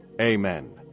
Amen